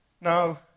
Now